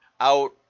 out